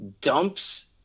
dumps